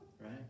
Right